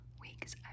weeks